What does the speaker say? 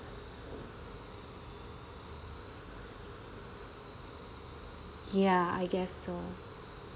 ya I guess so